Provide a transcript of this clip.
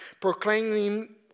proclaiming